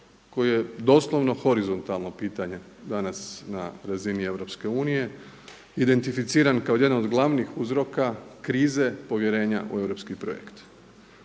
koji je doslovno horizontalno pitanje danas na razini EU identificiran kao jedan od glavnih uzroka krize povjerenja u europski projekt.